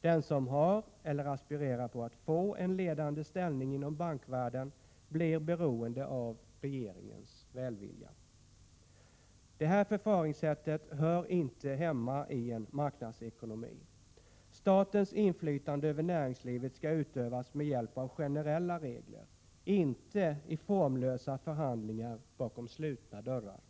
Den som har, eller aspirerar på att få, en ledande ställning inom bankvärlden blir beroende av regeringens välvilja. Det här förfaringssättet hör inte hemma i en marknadsekonomi! Statens inflytande över näringslivet skall utövas med hjälp av generella regler, inte i formlösa förhandlingar bakom slutna dörrar.